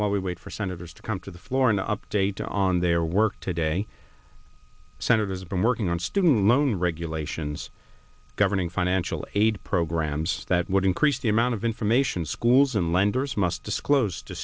while we wait for senators to come to the floor and update on their work today senators been working on student loan regulations governing financial aid programs that would increase the amount of information schools and lenders must disclose to